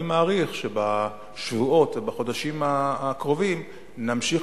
אני מעריך שבשבועות ובחודשים הקרובים נמשיך